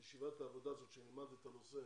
ישיבת העבודה, שנלמד את הנושא